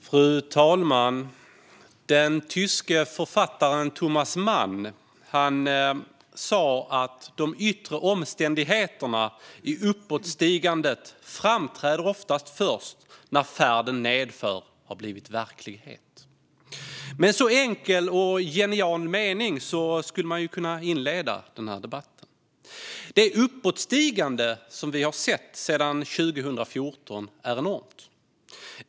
Fru talman! Den tyske författaren Thomas Mann har en gång sagt att de yttre omständigheterna i uppåtstigandet ofta framträder först när färden nedför har blivit verklighet. Med en så enkel och genial mening skulle man kunna inleda denna debatt. Det uppåtstigande som vi har sett sedan 2014 är enormt.